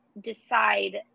decide –